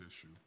issue